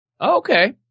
Okay